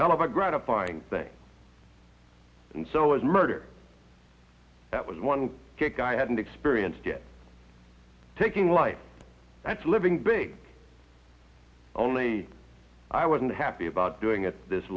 hell of a gratifying thing and so is murder that was one kick i hadn't experienced yet taking life that's living big only i wasn't happy about doing it this